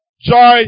joy